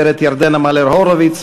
גברת ירדנה מלר-הורוביץ,